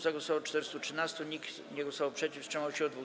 Za głosowało 413, nikt nie głosował przeciw, wstrzymało się 2.